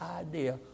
idea